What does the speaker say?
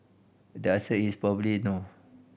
the answer is probably no